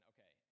Okay